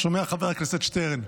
חבר הכנסת שטרן,